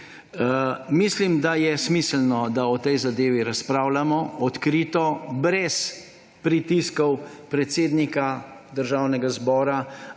Mislim, da je smiselno, da o tej zadevi razpravljamo odkrito, brez pritiskov predsednika Državnega zbora